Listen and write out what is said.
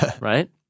right